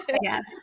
Yes